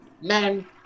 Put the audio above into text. men